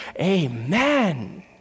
amen